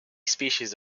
species